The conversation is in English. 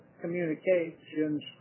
communications